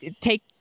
Take